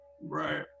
Right